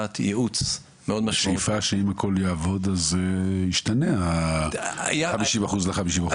בשאיפה שאם הכול יעבוד, אז ישתנה ה-50% ל-50%.